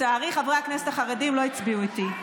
לצערי חברי הכנסת החרדים לא הצביעו איתי.